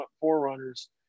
Forerunners